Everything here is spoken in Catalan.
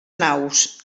naus